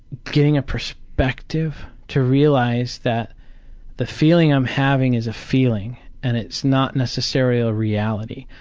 getting a perspective to realize that the feeling i'm having is a feeling and it's not necessarily a reality.